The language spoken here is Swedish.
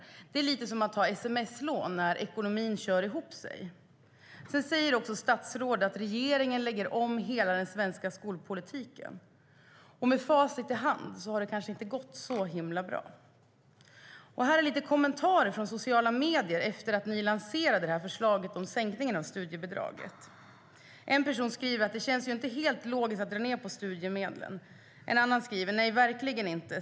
Det är lite som att ta sms-lån när ekonomin kör ihop sig. Statsrådet skriver också att regeringen lägger om hela den svenska skolpolitiken, och med facit i hand har det kanske inte gått så himla bra. Här är lite kommentarer från sociala medier efter att ni lanserade förslaget om sänkningen av studiebidraget. En person skriver: Det känns ju inte helt logiskt att dra ned på studiemedlen. En annan skriver: Nej, verkligen inte.